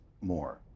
more